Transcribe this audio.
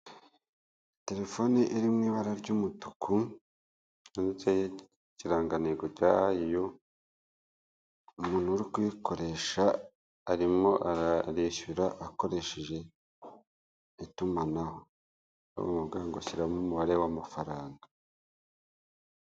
Telefone iri mu ibara ry'umutuku yandotseho ikirangantego cya ayi yu umuntu uri kuyikoresha arimo ararishyura akoresheje itumanaho bavuga ngo ashyiramo umubare w'amafaranga.